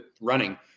running